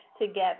together